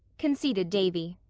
conceded davy.